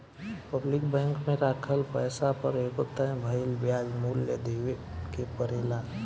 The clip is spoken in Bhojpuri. पब्लिक बैंक में राखल पैसा पर एगो तय भइल ब्याज मूल्य देवे के परेला